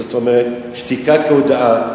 זאת אומרת שתיקה כהודאה,